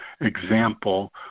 example